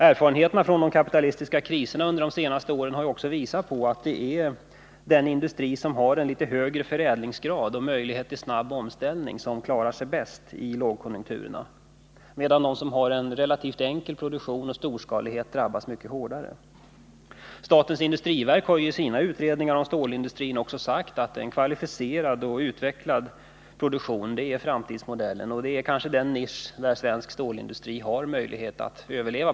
Erfarenheterna från de kapitalistiska kriserna under de senaste åren har också visat att industrier med högre förädlingsgrad och möjligheter till snabb omställning klarar sig betydligt bättre i lågkonjunkturer än företag med relativt enkel produktion och storskalighet. Statens industriverk har i sina utredningar om stålindustrin också sagt att en kvalificerad och utvecklad produktion är framtidsmodellen. Det är kanske den nisch med hjälp av vilken svensk stålindustri har möjlighet att överleva.